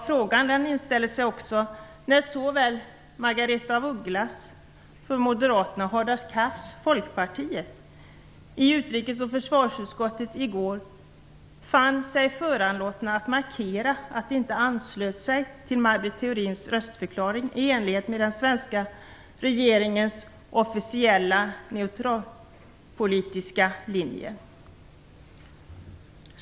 Frågan inställer sig också när såväl Margaretha af Ugglas från Moderaterna som Hadar Cars från Folkpartiet i utrikes och försvarsutskottet i går fann sig föranlåtna att markera att de inte anslöt sig till Maj Britt Theorins röstförklaring i enlighet med den svenska regeringens officiella neutralitetspolitiska linje.